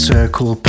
Circle